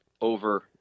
over